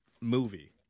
Movie